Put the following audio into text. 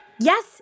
Yes